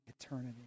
eternity